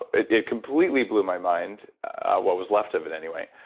but it it completely blew my mind what was left of it anyway.